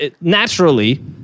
naturally